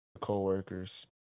co-workers